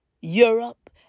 Europe